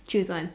choose one